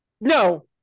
No